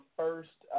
first